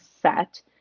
set